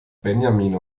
benjamin